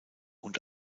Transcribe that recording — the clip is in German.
und